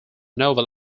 novel